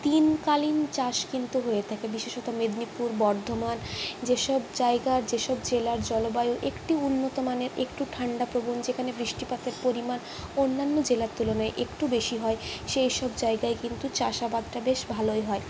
তিনকালীন চাষ কিন্তু হয়ে থাকে বিশেষত মেদিনীপুর বর্ধমান যেসব জায়গার যেসব জেলার জলবায়ু একটু উন্নতমানের একটু ঠান্ডাপ্রবণ যেখানে বৃষ্টিপাতের পরিমাণ অন্যান্য জেলার তুলনায় একটু বেশি হয় সেই সব জায়গায় কিন্তু চাষাবাদটা বেশ ভালোই হয়